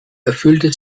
erfüllte